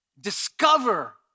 discover